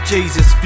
Jesus